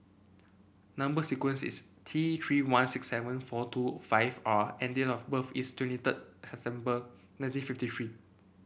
number sequence is T Three one six seven four two five R and date of birth is twenty third September nineteen fifty three